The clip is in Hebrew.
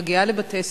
מגיעה לבתי-ספר,